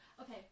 Okay